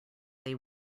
they